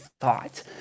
Thought